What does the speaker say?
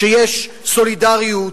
שיש סולידריות,